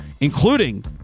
including